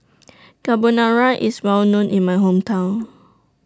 Carbonara IS Well known in My Hometown